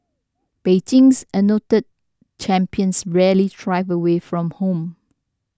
Beijing's anointed champions rarely thrive away from home